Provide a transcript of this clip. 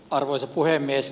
arvoisa puhemies